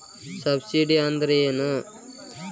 Subsidy ಅಂದ್ರೆ ಏನು?